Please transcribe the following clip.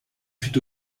fut